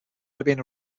instead